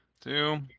two